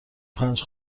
پنج